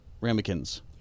ramekins